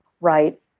right